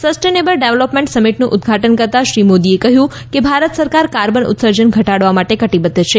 sustainable development સમિટનું ઉદઘાટન કરતાં શ્રી મોદીએ કહ્યું કે ભારત સરકાર કાર્બન ઉત્સર્જન ઘટાડવા માટે કટીબદ્ધ છે